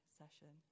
session